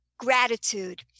gratitude